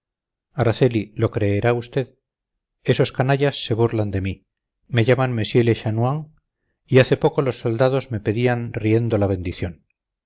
araceli lo creerá usted esos canallas se burlan de mí me llaman monsieur le chanoine y hace poco los soldados me pedían riendo la bendición